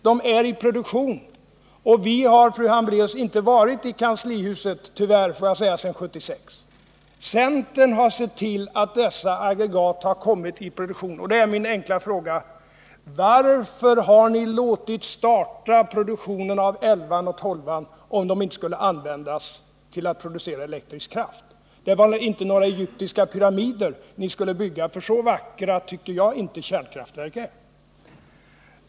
De är i produktion och vi har, fru Hambraeus, tyvärr inte varit i kanslihuset sedan 1976. Centern har sett till att dessa aggregat har kommit i produktion, och min enkla fråga är: Varför har nilåtit starta produktionen av elvan och tolvan om de inte skulle användas för att producera elektrisk kraft? Det var väl inte några egyptiska pyramider ni skulle bygga? Så vackra tycker jag inte kärnkraftverk är.